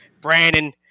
Brandon